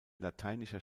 lateinischer